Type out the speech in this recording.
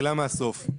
תחילה מהסוף.